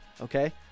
Okay